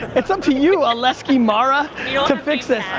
it's up to you, aleska mara, yeah ah to fix this!